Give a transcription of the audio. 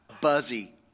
Buzzy